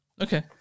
Okay